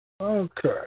Okay